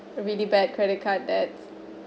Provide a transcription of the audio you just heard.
really bad credit card debts